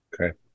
Okay